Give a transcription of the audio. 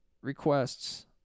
requests